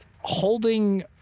holding